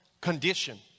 condition